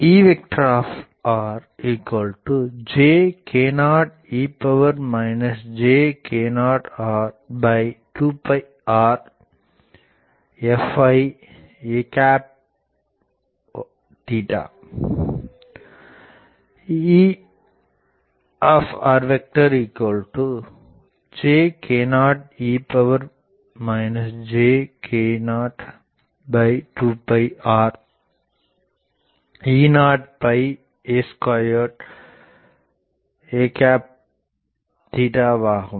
Ejk0ejk0r2rfy a Ejk0ejk0r2rE0 a2a ஆகும்